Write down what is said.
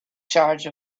charge